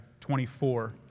24